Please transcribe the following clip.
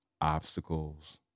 obstacles